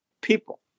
people